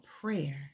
prayer